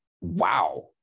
wow